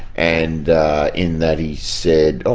and in that he said, ah